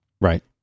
Right